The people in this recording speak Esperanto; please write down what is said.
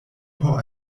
por